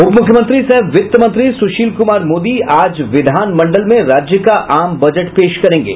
उपमुख्यमंत्री सह वित्त मंत्री सुशील कुमार मोदी आज विधानमंडल में राज्य का आम बजट पेश करेंगे